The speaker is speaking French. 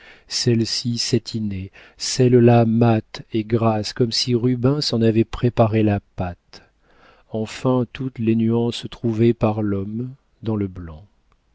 celles-ci satinées celles-là mates et grasses comme si rubens en avait préparé la pâte enfin toutes les nuances trouvées par l'homme dans le blanc